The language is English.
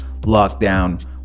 lockdown